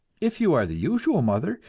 if you are the usual mother,